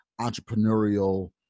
entrepreneurial